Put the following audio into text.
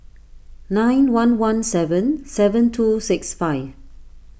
nine one one seven seven two six five